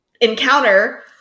encounter